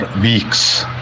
weeks